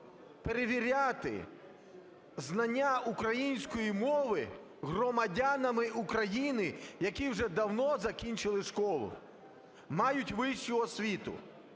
перевіряти знання української мови громадянами України, які вже давно закінчили школу, мають вищу освіту.